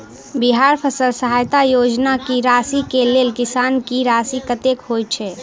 बिहार फसल सहायता योजना की राशि केँ लेल किसान की राशि कतेक होए छै?